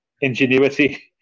ingenuity